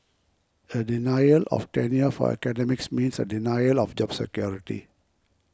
a denial of tenure for academics means a denial of job security